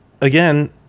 again